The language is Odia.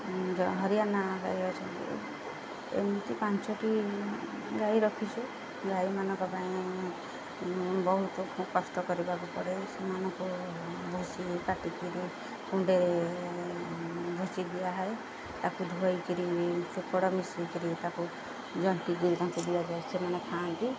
ହରିୟାଣା ଗାଈ ଅଛନ୍ତି ଏମିତି ପାଞ୍ଚଟି ଗାଈ ରଖିଛୁ ଗାଈମାନଙ୍କ ପାଇଁ ବହୁତ କଷ୍ଟ କରିବାକୁ ପଡ଼େ ସେମାନଙ୍କୁ ଭୁସି କାଟିକିରି କୁଣ୍ଡେ ଭୁସି ଦିଆହୁଏ ତାକୁ ଧୋଇକିରି ଚୋକଡ଼ ମିଶେଇକିରି ତାକୁ ଜନ୍ତିକିରି ତାଙ୍କୁ ଦିଆଯାଏ ସେମାନେ ଖାଆନ୍ତି